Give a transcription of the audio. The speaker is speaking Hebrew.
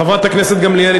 חברת הכנסת גמליאל,